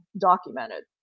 documented